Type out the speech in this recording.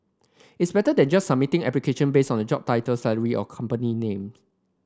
it's better than just submitting application based on the job title salary or company name